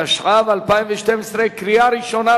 התשע"ב 2012, קריאה ראשונה.